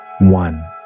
one